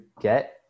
get